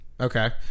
Okay